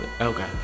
Okay